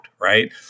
right